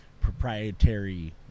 proprietary